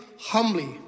humbly